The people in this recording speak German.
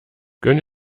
gönn